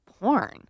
porn